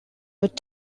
but